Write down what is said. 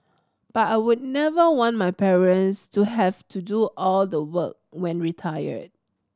but I would never want my parents to have to do all the work when retired